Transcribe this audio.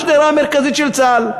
זו השדרה המרכזית של צה"ל,